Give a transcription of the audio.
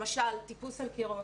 למשל טיפוס על קירות.